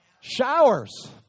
Showers